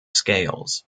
scales